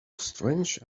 strange